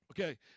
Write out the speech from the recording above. Okay